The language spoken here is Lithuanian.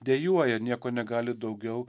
dejuoja nieko negali daugiau